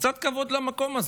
קצת כבוד למקום הזה.